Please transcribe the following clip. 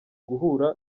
guhura